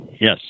Yes